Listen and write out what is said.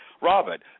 Robert